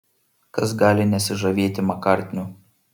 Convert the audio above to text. kas gali nesižavėti makartniu